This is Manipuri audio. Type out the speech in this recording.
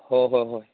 ꯍꯣꯏ ꯍꯣꯏ ꯍꯣꯏ